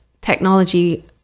technology